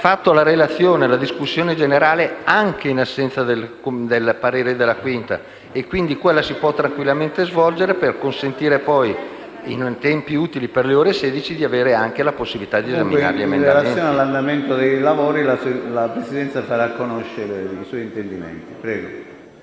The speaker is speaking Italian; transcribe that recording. In relazione all'andamento dei lavori la Presidenza farà conoscere i suoi intendimenti.